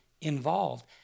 involved